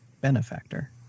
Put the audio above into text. benefactor